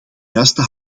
juiste